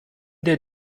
der